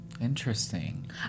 interesting